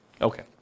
Okay